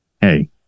hey